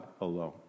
alone